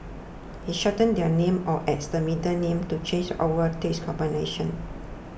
he shortens their names or adds the middle name to change over taste combination